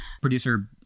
Producer